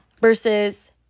Versus